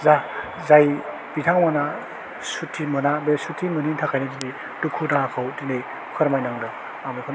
जा जाय बिथांमोना सुटि मोना बे सुटि मोनैनि थाखायनो दुखु दाहाखौ दिनै फोरमायनांदों आं बेखौनो